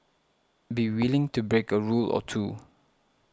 be willing to break a rule or two